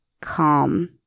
calm